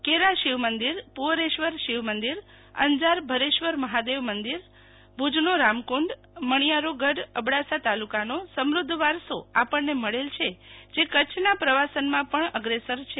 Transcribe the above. કેરા શિવ મંદિર પુંઅરેશ્વર શિવ મંદિર અંજાર ભરેશ્વર મહાદેવ મંદિરભુજનો રામકુંડ અબ્દાસનો મણિયારો ગઢ વગેરે જેવા સમૃદ્ધ વારસા આપણને મળેલ છે જે કચ્છના પ્રવાસનમાં પણ અગ્રેસર છે